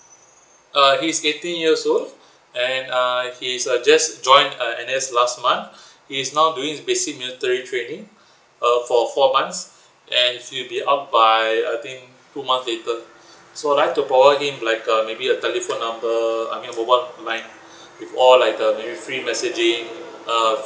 uh he is eighteen years old and uh he is uh just join err N_S last month he is now doing his basic military training uh for four months and he'll be out by I think two months later so I'd like to provide him like uh maybe a telephone number I mean a mobile line with all like the maybe free messaging err